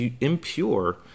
impure